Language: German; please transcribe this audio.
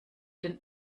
den